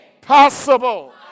possible